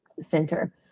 center